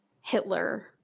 Hitler